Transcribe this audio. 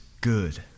good